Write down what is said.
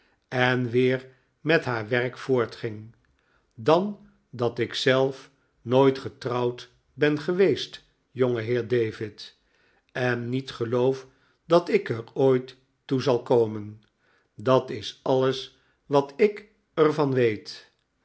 en weer met haar werk voortging dan dat ik zelf nooit getrouwd ben geweest jongeheer david en niet geloof dat ik er ooit toe zal komen dat is alles wat ik er van weet